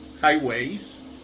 highways